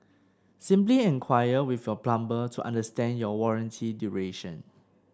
simply enquire with your plumber to understand your warranty duration